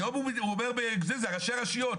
היום הוא אומר שזה ראשי רשויות,